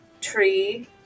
Tree